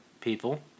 people